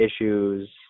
issues